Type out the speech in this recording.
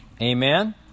Amen